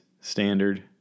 standard